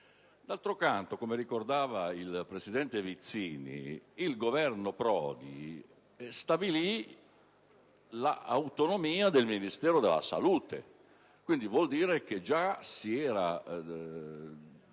D'altro canto, come ricordava il presidente Vizzini, il Governo Prodi stabilì l'autonomia del Ministero della salute: quindi, vuol dire che già si era